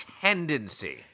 tendency